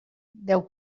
deu